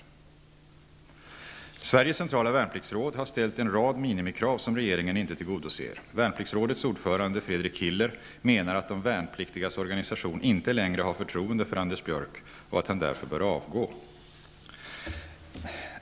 Sveriges Centrala Värnpliktsråd har ställt en rad minimikrav, som regeringen inte tillgodoser. Värnpliktsrådets ordförande, Fredrik Hiller, menar att de värnpliktigas organisation inte längre har förtroende för Anders Björck och att han därför bör avgå.